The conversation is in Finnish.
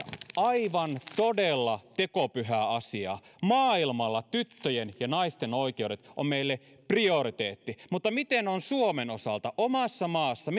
aivan todella tekopyhä asia maailmalla tyttöjen ja naisten oikeudet ovat meille prioriteetti mutta miten on suomen osalta omassa maassa